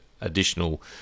additional